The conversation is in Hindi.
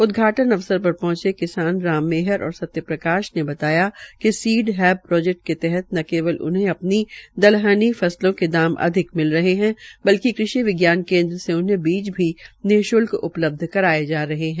उदधाटन अवसर पर पहंचे किसान राम मेहर और सत्य प्रकाश ने बताया कि सीड अब प्रोजेक्ट के तहत न केवल उन्हें अपनी दलहनी फसलों के दाम अधिक मिल रहे है बल्कि कृषि विज्ञान केन्द्र से उन्हें बीज भी निशूल्क उपलब्ध कराये जा रहा है